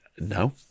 No